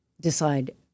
decide